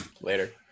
later